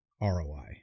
ROI